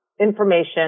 information